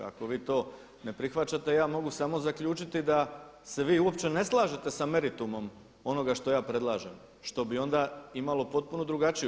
Ako vi to ne prihvaćate ja mogu samo zaključiti da se vi uopće ne slažete sa meritumom onoga što ja predlažem što bi onda imalo potpuno drugačiju.